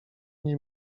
nie